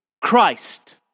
Christ